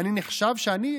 אני נחשב שאני,